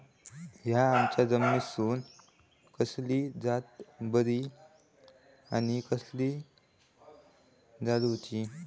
हया आम्याच्या जातीनिसून कसली जात बरी आनी कशी लाऊची?